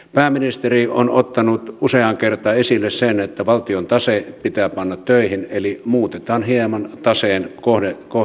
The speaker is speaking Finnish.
pääministeri on ottanut useaan kertaan esille sen että valtion tase pitää panna töihin eli muutetaan hieman taseen kohdennusta